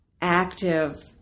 active